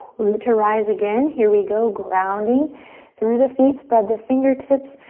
root to rise again. here we go, grounding through the feet. spread the fingertips.